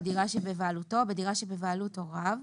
בדירה שבבעלותו או בדירה שבבעלות הוריו,